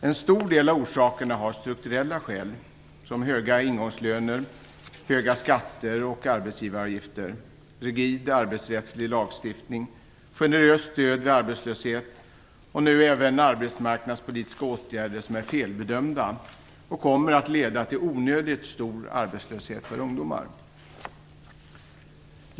En stor del av orsakerna är strukturella, som höga ingångslöner, höga skatter och arbetsgivaravgifter, rigid arbetsrättslig lagstiftning, generöst stöd vid arbetslöshet och nu även arbetsmarknadspolitiska åtgärder som är felbedömda och som kommer att leda till onödigt stor arbetslöshet för ungdomar.